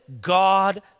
God